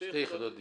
שתי יחידות דיור,